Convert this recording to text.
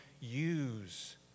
use